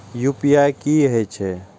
UPI की हेछे?